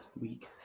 week